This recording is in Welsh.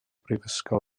brifysgol